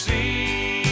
See